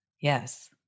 Yes